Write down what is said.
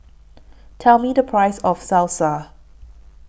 Tell Me The Price of Salsa